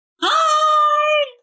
Hi